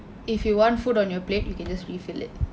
if you want food on your plate you can just refill it